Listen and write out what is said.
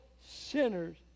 sinners